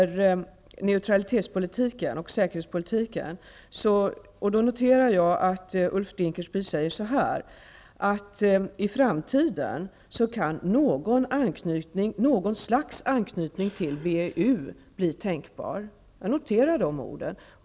Om neutralitetspolitiken och säkerhetspolitiken säger Ulf Dinkelspiel så här: I framtiden kan något slags anknytning till WEU bli tänkbar. Jag noterar de orden.